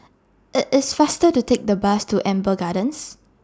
IT IS faster to Take The Bus to Amber Gardens